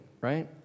Right